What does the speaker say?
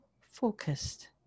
focused